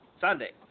Sunday